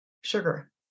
Sugar